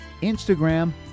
Instagram